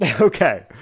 Okay